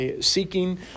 seeking